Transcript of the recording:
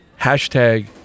hashtag